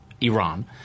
Iran